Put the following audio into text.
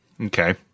Okay